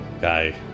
guy